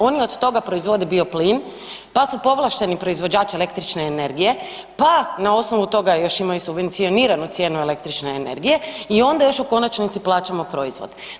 Oni od toga proizvode bioplin pa su povlašteni proizvođači električne energije, pa na osnovu toga još imaju subvencioniranu cijenu električne energije i onda još u konačnici plaćamo proizvod.